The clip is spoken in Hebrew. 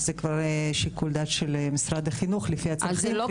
זה כבר שיקול דעת של משרד החינוך לפי צרכים,